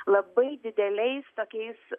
labai dideliais tokiais